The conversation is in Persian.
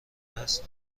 است